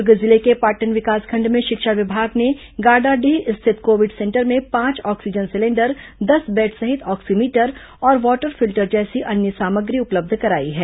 दुर्ग जिले के पाटन विकासखंड में शिक्षा विभाग ने गाडाडीह स्थित कोविड सेंटर में पांच ऑक्सीजन सिलेंडर दस बेड सहित ऑक्सीमीटर और वॉटर फील्टर जैसी अन्य सामग्री उपलब्ध कराई है